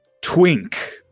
Twink